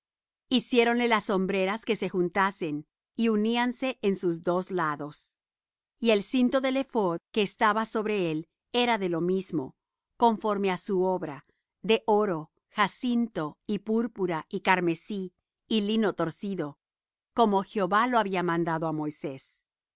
hiciéronle las hombreras que se juntasen y uníanse en sus dos lados y el cinto del ephod que estaba sobre él era de lo mismo conforme á su obra de oro jacinto y púrpura y carmesí y lino torcido como jehová lo había mandado á moisés